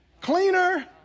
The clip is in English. Cleaner